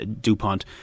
Dupont